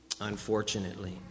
unfortunately